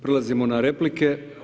Prelazimo na replike.